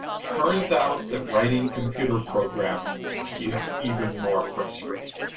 turns out that writing computer programs is even more frustrating.